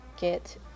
Get